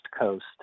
Coast